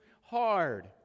hard